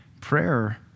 prayer